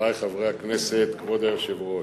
חברי חברי הכנסת, כבוד היושב-ראש,